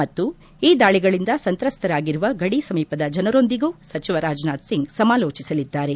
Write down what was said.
ಮತ್ತು ಈ ದಾಳಿಗಳಿಂದ ಸಂತ್ರಸ್ತರಾಗಿರುವ ಗಡಿ ಸಮೀಪದ ಜನರೊಂದಿಗೂ ಸಚಿವ ರಾಜನಾಥ್ ಸಿಂಗ್ ಸಮಾಲೋಚಿಸಲಿದ್ದಾರೆ